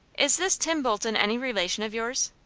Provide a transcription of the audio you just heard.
is this tim bolton any relation of yours?